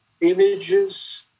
images